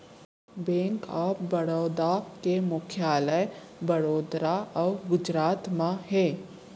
bank of Baroda के मुख्यालय बड़ोदरा अउ गुजरात म हे